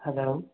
hello